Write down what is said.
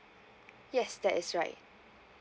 yes that is right